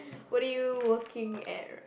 what do you working at